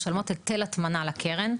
משלמות היטל הטמנה לקרן,